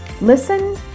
listen